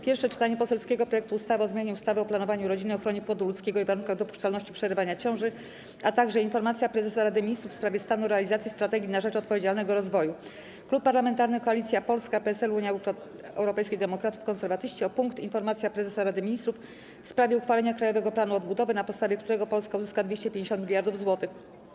Pierwsze czytanie poselskiego projektu ustawy o zmianie ustawy o planowaniu rodziny, ochronie płodu ludzkiego i warunkach dopuszczalności przerywania ciąży, - Informacja Prezesa Rady Ministrów w sprawie stanu realizacji Strategii na rzecz Odpowiedzialnego Rozwoju, - Klub Parlamentarny Koalicja Polska - PSL, Unia Europejskich Demokratów, Konserwatyści o punkt: - Informacja Prezesa Rady Ministrów w sprawie uchwalenia Krajowego Planu Odbudowy, na podstawie którego Polska uzyska 250 mld zł,